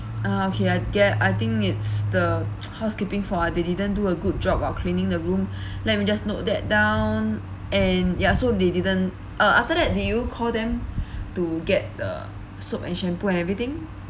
ah okay I get I think it's the housekeeping fault ah they didn't do a good job while cleaning the room let me just note that down and ya so they didn't uh after that did you call them to get the soap and shampoo and everything